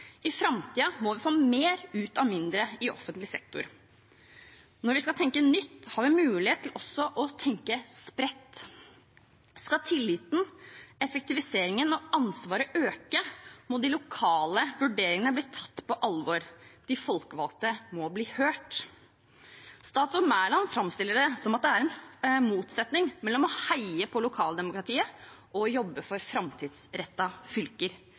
I framtiden må vi få mer ut av mindre i offentlig sektor. Når vi skal tenke nytt, har vi mulighet til også å tenke spredt. Skal tilliten, effektiviseringen og ansvaret øke, må de lokale vurderingene bli tatt på alvor. De folkevalgte må bli hørt. Statsråd Mæland framstiller det som om det er en motsetning mellom å heie på lokaldemokratiet og å jobbe for framtidsrettede fylker.